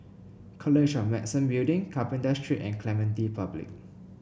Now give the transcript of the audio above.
College of Medicine Building Carpenter Street and Clementi Public